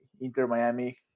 Inter-Miami